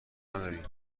نداری